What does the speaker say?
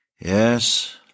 Yes